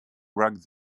rugged